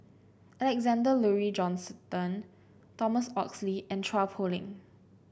Alexander Laurie Johnston Thomas Oxley and Chua Poh Leng